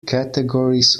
categories